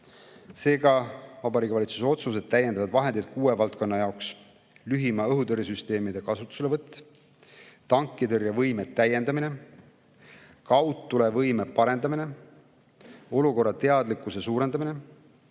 Seega, Vabariigi Valitsuse otsused täiendavad vahendeid kuue valdkonna jaoks: lühimaa õhutõrjesüsteemide kasutuselevõtt, tankitõrjevõime täiendamine, kaudtulevõime parendamine, olukorrateadlikkuse suurendamine,